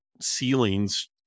ceilings